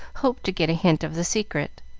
hoped to get a hint of the secret.